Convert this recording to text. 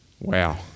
Wow